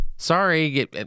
Sorry